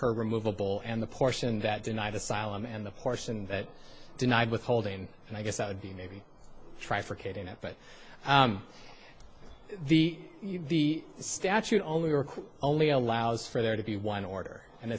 her removable and the portion that denied asylum and the portion that denied withholding and i guess that would be maybe try for katyn it but the you know the statute only or only allows for there to be one order and